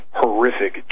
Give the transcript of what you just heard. horrific